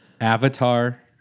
Avatar